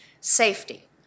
safety